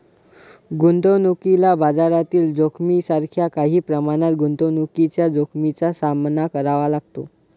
गुंतवणुकीला बाजारातील जोखमीसारख्या काही प्रमाणात गुंतवणुकीच्या जोखमीचा सामना करावा लागतो